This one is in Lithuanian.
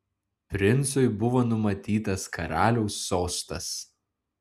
princui buvo numatytas karaliaus sostas